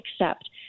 accept